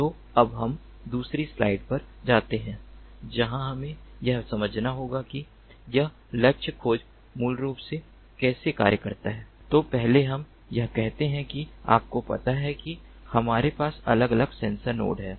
तो अब हम दूसरी स्लाइड पर जाते हैं जहाँ हमें यह समझना होगा कि यह लक्ष्य खोज मूल रूप से कैसे कार्य करता है तो पहले हम यह कहते हैं कि आपको पता है कि हमारे पास अलग अलग सेंसर नोड हैं